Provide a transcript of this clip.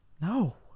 No